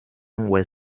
were